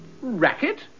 Racket